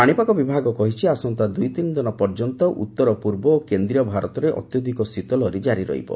ପାଣିପାଗ ବିଭାଗ କହିଛି ଆସନ୍ତା ଦୁଇ ଦିନ ପର୍ଯ୍ୟନ୍ତ ଉତ୍ତର ପୂର୍ବ ଓ କେନ୍ଦ୍ରୀୟ ଭାରତରେ ଅତ୍ୟଧିକ ଶୀତଲହରୀ ଜାରି ରହିବ